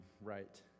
right